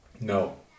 No